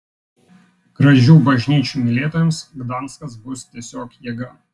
gražių bažnyčių mylėtojams gdanskas bus tiesiog jėga